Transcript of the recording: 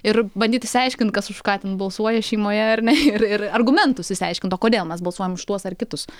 ir bandyti išsiaiškinti kas už ką ten balsuoja šeimoje ar ne ir ir argumentus išsiaiškinti o kodėl mes balsuojame už tuos ar kitus